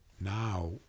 now